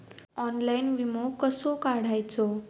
Online विमो कसो काढायचो?